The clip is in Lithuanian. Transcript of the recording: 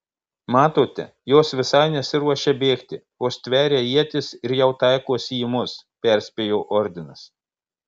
matote jos visai nesiruošia bėgti o stveria ietis ir jau taikosi į mus perspėjo ordinas